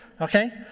okay